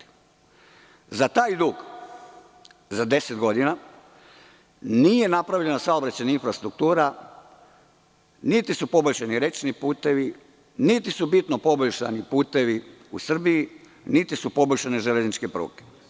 Za taj dug za 10 godina nije napravljena saobraćajna infrastruktura, niti su poboljšani rečni putevi, niti su bitno poboljšani putevi u Srbiji, niti su poboljšanje železničke pruge.